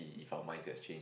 if your mind got change